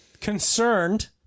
concerned